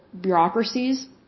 bureaucracies